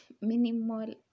minimal